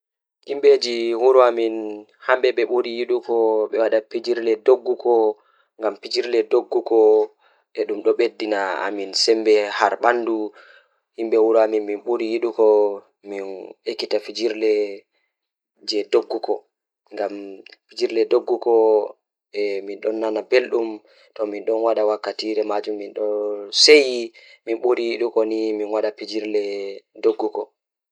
E nder leydi am, ɓe naatnoytaa waɗi deewtaare ɓiɓɓe e sportuɗi ɗiɗi. Football woni ɗum sportu ɗiɗi, ɗiɗi baɗɗoowo ɓe naatnoytaa tawdi, basketball ɓe fotndi ndiyan. Yimɓe ɓe yewti e jangu e boɗɗoowo e diiwe, mbaawdi e ciyawdo.